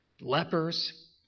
lepers